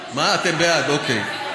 אתם בעד, אוקיי.